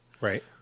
Right